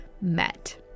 met